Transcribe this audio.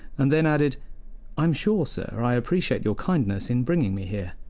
and then added i'm sure, sir, i appreciate your kindness in bringing me here.